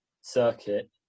circuit